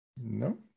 No